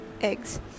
eggs